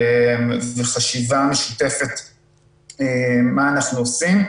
גורים מצאת הצום בעצם ועד כניסתו